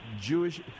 Jewish